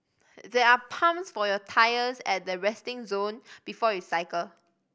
there are pumps for your tyres at the resting zone before you cycle